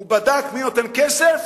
הוא בדק מי נותן כסף